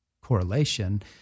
correlation